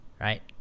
right